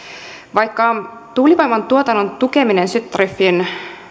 vaikka tuulivoiman tuotannon tukeminen syöttötariffien